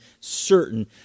certain